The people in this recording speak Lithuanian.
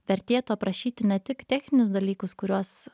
vertėtų aprašyti ne tik techninius dalykus kuriuos